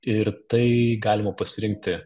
ir tai galima pasirinkti